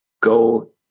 go